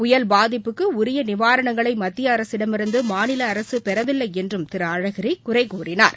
புயல் பாதிப்புக்கு உரிய நிவாரணங்களை மத்தியஅரசிடமிருந்து மாநில அரசு பெறவில்லை என்றும் திரு அழகிரி குறை கூறினார்